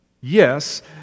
Yes